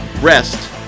rest